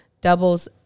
doubles